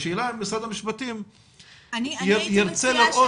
השאלה אם משרד המשפטים ירצה להראות --- אני